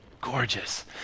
gorgeous